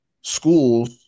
schools